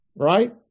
right